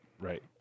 Right